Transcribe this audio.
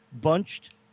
bunched